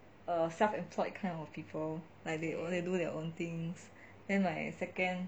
err self employed kind of people like they only do their own things then my second